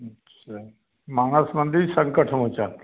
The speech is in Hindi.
अच्छा मानस मंदिर संकट मोचन